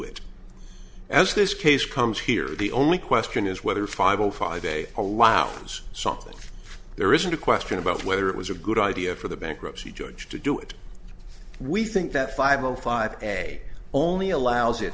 it as this case comes here the only question is whether five zero five day allows something there isn't a question about whether it was a good idea for the bankruptcy judge to do it we think that five o five a only allows it